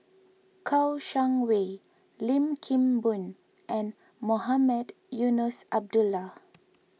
Kouo Shang Wei Lim Kim Boon and Mohamed Eunos Abdullah